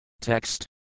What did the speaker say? Text